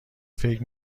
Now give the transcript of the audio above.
فکر